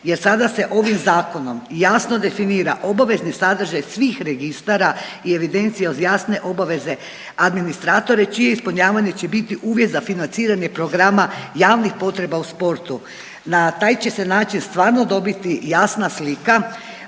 jer sada se ovim zakonom jasno definira obavezni sadržaj svih registara i evidencija jasne obaveze administratora čije ispunjavanje će biti uvjet za financiranje programa javnih potreba u sportu. Na taj će se način stvarno dobiti jasna slika